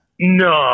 No